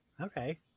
Okay